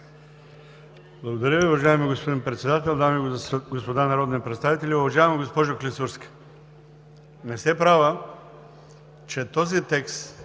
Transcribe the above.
Благодаря Ви, уважаеми господин Председател. Дами и господа народни представители! Уважаема госпожо Клисурска, не сте права, че текстът